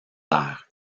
terre